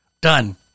Done